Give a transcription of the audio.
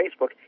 Facebook